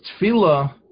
tefillah